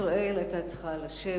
ישראל היתה צריכה לשבת,